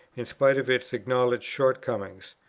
in spite of its acknowledged short-comings.